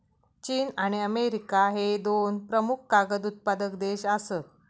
चीन आणि अमेरिका ह्ये दोन प्रमुख कागद उत्पादक देश आसत